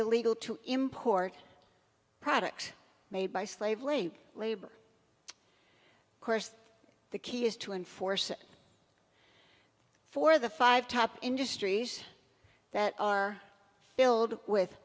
illegal to import products made by slave labor labor course the key is to enforce for the five top industries that are filled with